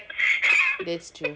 thats true